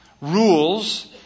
rules